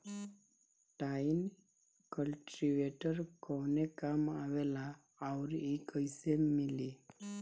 Tine cultivator कवने काम आवेला आउर इ कैसे मिली?